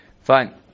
Fine